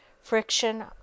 friction